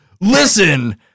listen